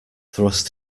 thrust